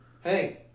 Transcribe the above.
hey